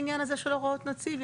העניין הזה של הוראות נציב?